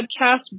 podcast